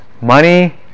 Money